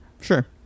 sure